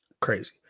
Crazy